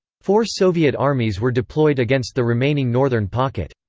four soviet armies were deployed against the remaining northern pocket.